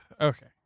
Okay